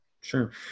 Sure